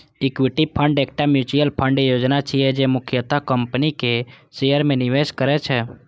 equity fund एकटा mutual fund योजना छियै, जे मुख्यतः कंपनीक शेयर मे निवेश करै छै